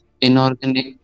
Inorganic